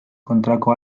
kontrako